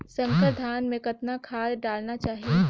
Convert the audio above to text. संकर धान मे कतना खाद डालना चाही?